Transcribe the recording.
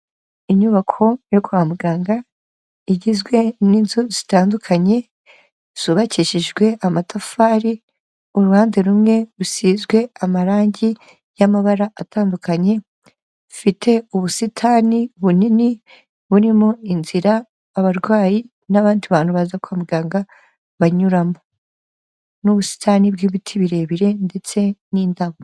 Inyubako yo kwa muganga igizwe n'inzu zitandukanye zubakishijwe amatafari, uruhande rumwe rusizwe amarangi y'amabara atandukanye, ifite ubusitani bunini burimo inzira abarwayi n'abandi bantu baza kwa muganga banyuramo n'ubusitani bw'ibiti birebire ndetse n'indabo.